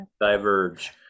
diverge